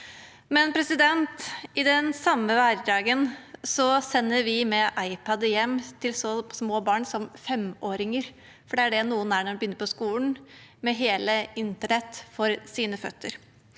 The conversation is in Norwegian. I den samme hverdagen sender man iPader med hjem til så små barn som femåringer – det er det noen er når de begynner på skolen – med hele internett for sine føtter.